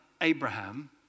Abraham